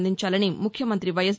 అందించాలని ముఖ్యమంతి వైఎస్